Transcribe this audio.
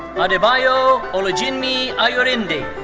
adebayo olujinmi ayorinde.